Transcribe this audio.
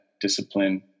discipline